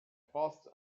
post